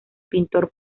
pintor